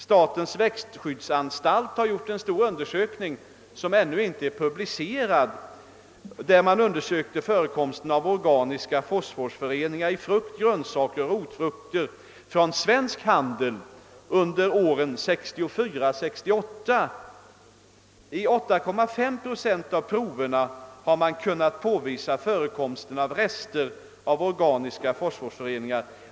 Statens växtskyddsanstalt har gjort en stor undersökning, som ännu inte är publicerad, angående förekomsten av organiska fosforföreningar i frukt, grönsaker och rotfrukter från svensk handel. Denna undersökning omfattar åren 1964—1968. I 8,5 procent av proverna har man kunnat påvisa förekomsten av rester av organiska fosforföreningar.